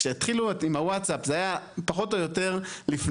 כשהתחילו עם הווטסאפ זה היה פחות או יותר לפני,